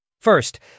First